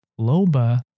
Loba